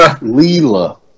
Lila